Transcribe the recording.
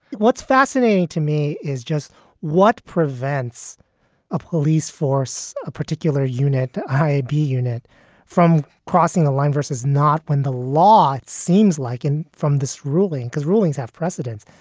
what's fascinating to me is just what prevents a police force, a particular unit, iab unit from crossing the line versus not when the law, it seems like in from this ruling because rulings have precedents,